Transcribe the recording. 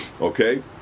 Okay